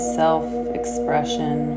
self-expression